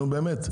נו, באמת.